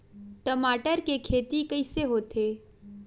टमाटर के खेती कइसे होथे?